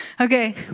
Okay